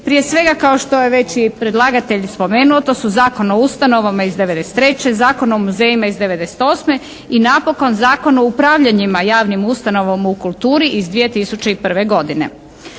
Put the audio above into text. Prije svega kao što je već i predlagatelj spomenuo, to su Zakon o ustanovama iz 93., Zakon o muzejima iz 98. i napokon Zakon o upravljanjima javnim ustanovama u kulturi iz 2001. godine.